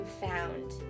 found